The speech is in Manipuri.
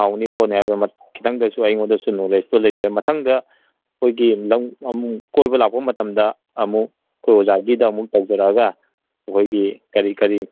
ꯍꯥꯎꯅꯤ ꯈꯣꯠꯅꯤ ꯍꯥꯏꯕꯩ ꯈꯤꯗꯪꯗꯁꯨ ꯑꯩꯉꯣꯟꯗꯁꯨ ꯅꯣꯂꯦꯖꯇꯣ ꯂꯩꯖꯩ ꯃꯊꯪꯗ ꯑꯩꯈꯣꯏꯒꯤ ꯂꯝ ꯑꯃꯨꯃꯨꯛ ꯀꯣꯏꯕ ꯂꯥꯛꯄ ꯃꯇꯝꯗ ꯑꯃꯨꯛ ꯑꯩꯈꯣꯏ ꯑꯣꯖꯥꯒꯤꯗ ꯑꯃꯨꯛ ꯇꯧꯖꯔꯒ ꯑꯩꯈꯣꯏꯒꯤ ꯀꯔꯤ ꯀꯔꯤ